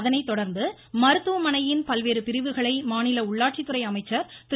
அதனைத் தொடர்ந்து மருத்துவமனையின் பல்வேறு பிரிவுகளை மாநில உள்ளாட்சித்துறை அமைச்சர் திரு